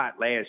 last